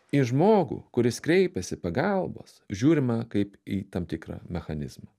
į žmogų kuris kreipiasi pagalbos žiūrima kaip į tam tikrą mechanizmą